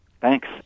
Thanks